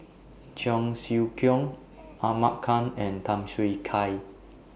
Cheong Siew Keong Ahmad Khan and Tham Yui Kai